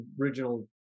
original